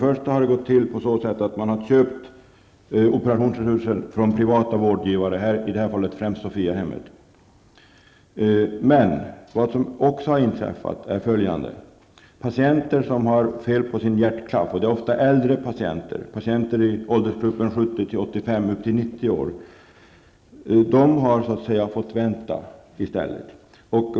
Först och främst på så sätt att man har köpt operationsresurser från privata vårdgivare, i det här fallet främst Sophiahemmet. Men det beror också på att följande har inträffat. Patienter som har fel på sin hjärtklaff -- det är ofta äldre patienter, patienter i åldersgruppen 70--90 år -- har fått vänta i stället.